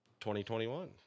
2021